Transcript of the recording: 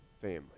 family